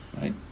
Right